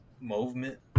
movement